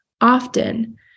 often